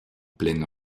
pleine